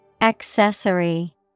Accessory